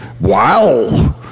wow